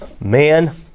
Man